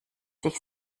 sich